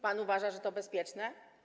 Pan uważa, że to bezpieczne?